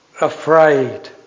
afraid